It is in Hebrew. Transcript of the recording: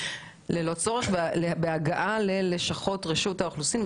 ללא צורך בהגעה ללשכות רשות האוכלוסין.